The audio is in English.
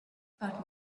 about